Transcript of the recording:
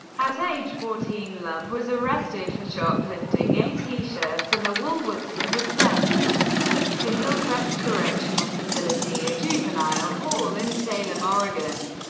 at age fourteen, love was arrested for shoplifting a t-shirt from a woolworth's, and was sent to hillcrest correctional facility, a juvenile hall in salem, oregon.